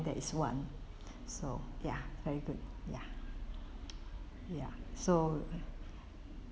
that is one so ya very good ya ya so